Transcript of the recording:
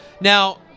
Now